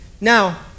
Now